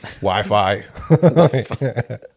wi-fi